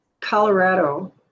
Colorado